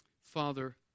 Father